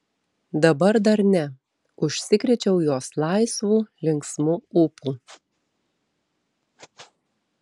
dabar dar ne užsikrėčiau jos laisvu linksmu ūpu